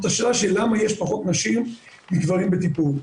זאת השאלה למה יש פחות נשים מגברים בטיפול.